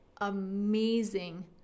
amazing